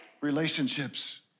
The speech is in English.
relationships